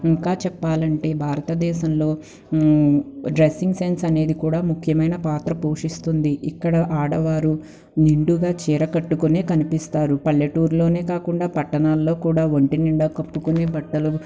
ఇంకా చెప్పాలంటే భారతదేశంలో డ్రెస్సింగ్ సెన్స్ అనేది కూడా ముఖ్యమైన పాత్ర పోషిస్తుంది ఇక్కడ ఆడవారు నిండుగా చీర కట్టుకునే కనిపిస్తారు పల్లెటూరులోనే కాకుండా పట్టణాల్లో కూడా ఒంటి నిండా కప్పుకుని బట్టలు